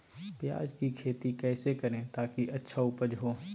प्याज की खेती कैसे करें ताकि अच्छी उपज हो?